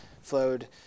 flowed